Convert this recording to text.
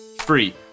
free